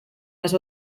las